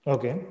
Okay